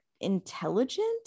intelligent